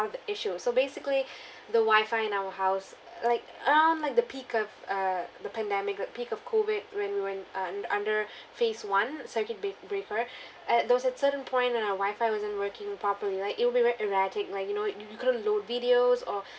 part of the issue so basically the wi-fi in our house like um like the peak of uh the pandemic peak of COVID when we were in uh un~ under phase one circuit bre~ breaker uh there was at certain point when our wi-fi wasn't working properly like it'll be very erratic like you know you you couldn't load videos or